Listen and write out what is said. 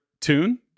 tune